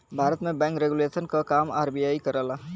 भारत में bank regulation क काम आर.बी.आई करला